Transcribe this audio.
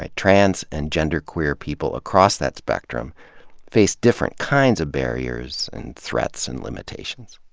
ah trans and genderqueer people across that spectrum face different kinds of barriers and threats and limitations.